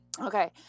Okay